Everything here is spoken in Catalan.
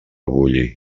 bulli